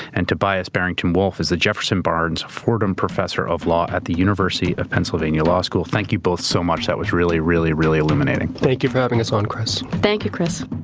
and tobias barrington wolff is the jefferson barnes fordham professor of law at the university of pennsylvania law school. thank you both so much. that was really, really, really illuminating. thank you for having us on, chris. thank you, chris.